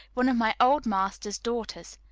one of my old master's daughters.